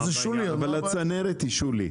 זה שולי, הצנרת היא שולית.